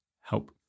help